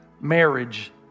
marriage